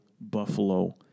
Buffalo